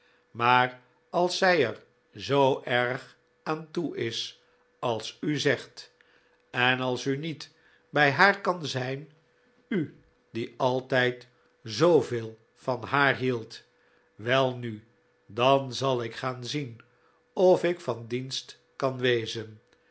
maar als zij er zoo erg aan toe is als u zegt en als u niet bij haar kan zijn u die altijd zooveel van haar hield welnu dan zal ik gaan zien of ik van dienst kan wezen